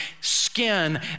skin